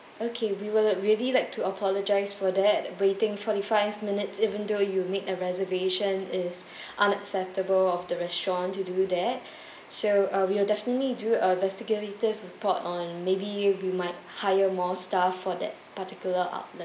okay we would really like to apologise for that waiting forty five minutes even though you made a reservation is unacceptable of the restaurant to do that so uh we will definitely do a investigative report on maybe we might hire more staff for that particular outlet